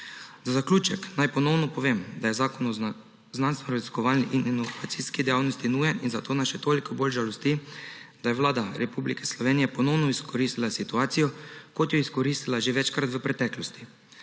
Za zaključek naj ponovno povem, da je zakon o znanstvenoraziskovalni in inovacijski dejavnosti nujen, in zato nas še toliko bolj žalosti, da je Vlada Republike Slovenije ponovno izkoristila situacijo, kot jo je izkoristila že večkrat v preteklosti.